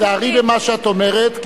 בסדר, אבל תיזהרי במה שאת אומרת.